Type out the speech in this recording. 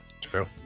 true